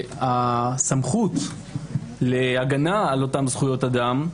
שהסמכות להגנה על אותן זכויות אדם,